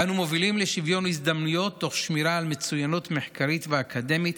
אנו מובילים לשוויון הזדמנויות תוך שמירה על מצוינות מחקרית ואקדמית